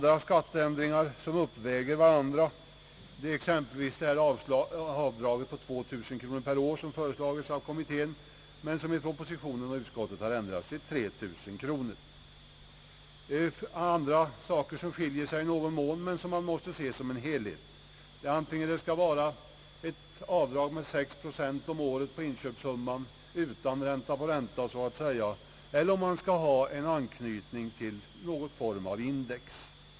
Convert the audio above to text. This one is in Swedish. En skatteändring som uppvägs av en annan är exempelvis avdraget på 2 000 kronor som föreslagits av kommittén, men som i propositionen och utskottet har ändrats till 3000 kronor. En annan skiljaktighet, som också måste ses som en helhet, är om det skall vara ett avdrag med sex procent om året på inköpssumman, utan ränta på ränta så att säga, eller om det skall vara en anknytning till någon form av index.